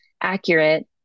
accurate